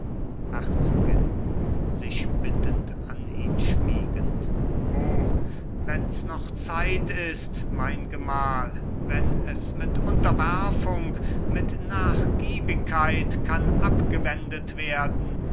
herzogin sich bittend an ihn schmiegend o wenns noch zeit ist mein gemahl wenn es mit unterwerfung mit nachgiebigkeit kann abgewendet werden